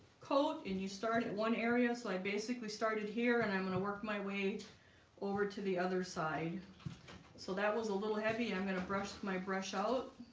coat and you start at one area. so i basically started here and i'm going to work my way over to the other side so that was a little heavy i'm going to brush my brush out